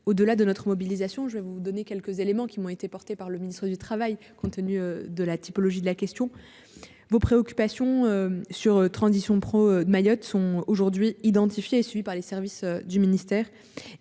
au-delà de notre mobilisation, je vais vous donner quelques éléments qui m'ont été portées par le ministre du Travail, compte tenu de la typologie de la question. Vos préoccupations sur transition prend de Mayotte sont aujourd'hui identifiés et suivis par les services du ministère